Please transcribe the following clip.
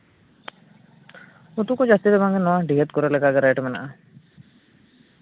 ᱩᱛᱩ ᱠᱚ ᱡᱟᱹᱥᱛᱤ ᱫᱚ ᱵᱟᱝ ᱜᱮ ᱱᱚᱣᱟ ᱰᱤᱦᱟᱹᱛ ᱠᱚᱨᱮ ᱞᱮᱠᱟᱜᱮ ᱨᱮᱴ ᱢᱮᱱᱟᱜᱼᱟ